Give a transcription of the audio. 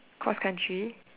cross country